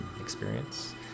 experience